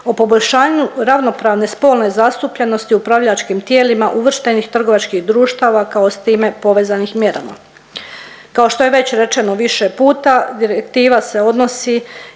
o poboljšanju ravnopravne spolne zastupljenosti u upravljačkim tijelima uvrštenih trgovačkih društava kao s time povezanih mjerama. Kao što je već rečeno više puta direktiva se odnosi